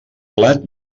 plat